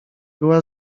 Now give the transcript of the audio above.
była